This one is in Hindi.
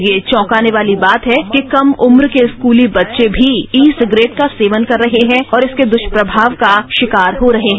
यह चौंकाने वाली बात है कि कम उम्र के स्कूली बच्चे भी ई सिगरेट का सेवन कर रहे हैं और इसके दुष्प्रभाव का शिकार हो रहे हैं